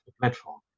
platform